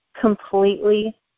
completely